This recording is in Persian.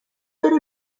بره